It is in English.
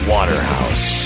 Waterhouse